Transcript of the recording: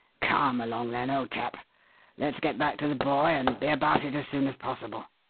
come along then, old chap let's get back to the boy and be about it as soon as possible.